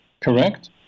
correct